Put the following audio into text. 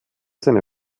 seine